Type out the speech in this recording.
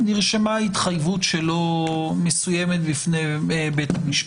ונרשמה התחייבות שלו בפני בית המשפט,